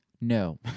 No